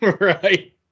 Right